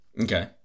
Okay